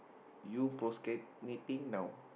you procrastinating now